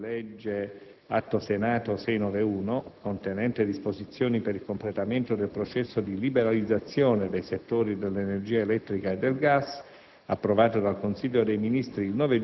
Il Governo, con il disegno di legge Atto Senato n. 691, contenente disposizioni per il completamento del processo di liberalizzazione dei settori dell'energia elettrica e del gas,